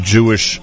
Jewish